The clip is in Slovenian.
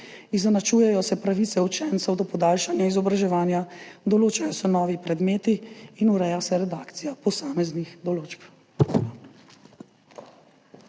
izenačujejo se pravice učencev do podaljšanja izobraževanja, določajo se novi predmeti in ureja se redakcija posameznih določb.